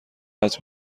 قطع